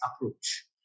approach